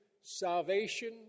salvation